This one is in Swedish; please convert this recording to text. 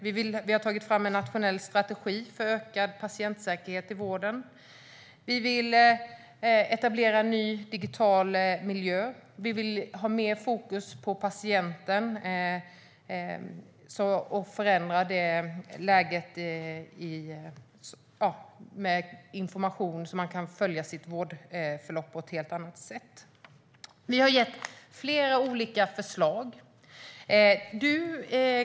Vi har tagit fram en nationell strategi för ökad patientsäkerhet i vården. Vi vill etablera en ny digital miljö. Vi vill ha mer fokus på patienten och förbättra informationen, så att man kan följa sitt vårdförlopp på ett helt annat sätt. Vi har gett flera olika förslag.